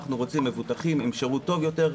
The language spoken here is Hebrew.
אנחנו רוצים מבוטחים עם שירות טוב יותר,